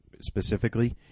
specifically